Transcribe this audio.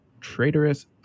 traitorous